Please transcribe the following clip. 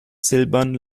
silbern